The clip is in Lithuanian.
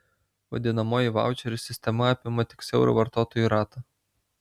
vadinamoji vaučerių sistema apima tik siaurą vartotojų ratą